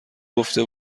گفته